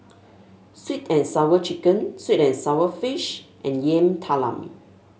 sweet and Sour Chicken sweet and sour fish and Yam Talam